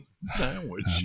sandwich